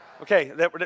Okay